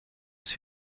tous